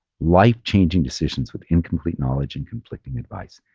life changing decisions with incomplete knowledge and conflicting advice.